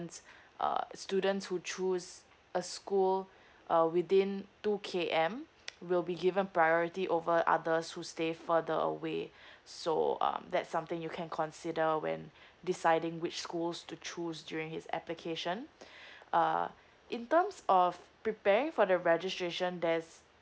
uh students who choose a school uh within two K_M will be given priority over others who stay further away so um that something you can consider when deciding which schools to choose during his application uh in terms of preparing for the registration there's